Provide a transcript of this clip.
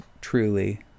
truly